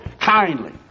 kindly